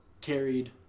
carried